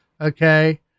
Okay